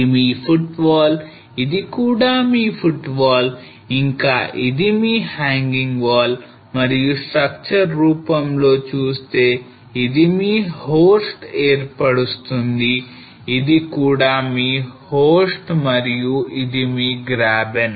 ఇది మీ footwall ఇది కూడా మీ footwall ఇంకా ఇది మీ hanging wall మరియు స్ట్రక్చర్ రూపంలో చూస్తే ఇది మీ horst ఏర్పరుస్తుంది ఇది కూడా మీ horst మరియు ఇది మీ graben